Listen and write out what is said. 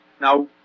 Now